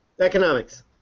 Economics